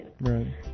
Right